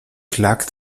klagt